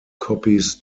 copies